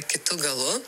kitu galu